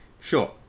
sure